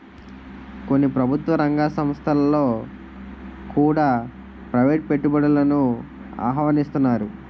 కొన్ని ప్రభుత్వ రంగ సంస్థలలో కూడా ప్రైవేటు పెట్టుబడులను ఆహ్వానిస్తన్నారు